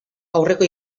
aurreko